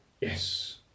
yes